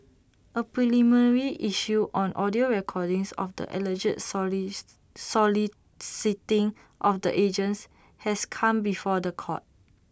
A preliminary issue on audio recordings of the alleged solicits soliciting of the agents has come before The Court